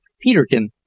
Peterkin